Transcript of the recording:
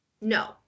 No